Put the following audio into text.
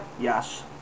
Yes